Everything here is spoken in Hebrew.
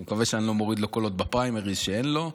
אני מקווה שאני לא מוריד לו קולות בפריימריז שאין לו.